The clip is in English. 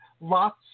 lots